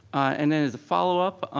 and then as a follow up,